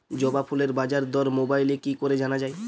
জবা ফুলের বাজার দর মোবাইলে কি করে জানা যায়?